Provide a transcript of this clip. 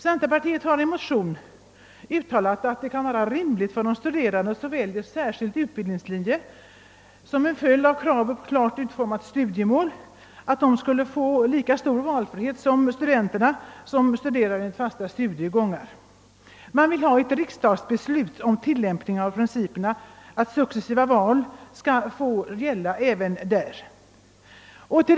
Centerpartiet har i en motion uttalat att det kan vara rimligt för studerande också vid särskild utbildningslinje att beträffande studiemål få lika stor valfrihet som de studenter som studerar enligt fasta studiegångar. Man vill ha ett riksdagsuttalande om att tillämpningen av principerna om successiva val av studieinriktning skall få gälla även för elever vid särskild utbildningslinje.